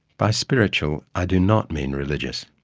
by spiritual, i do not mean religious.